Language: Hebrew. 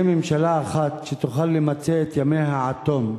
ממשלה אחת שתוכל למצות את ימיה עד תום.